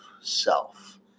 Self